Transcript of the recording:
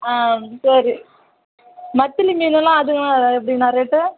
ஆ சரி மத்திலி மீனெல்லாம் அது எப்படிண்ணா ரேட்டு